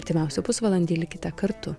artimiausią pusvalandį likite kartu